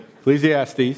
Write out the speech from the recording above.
Ecclesiastes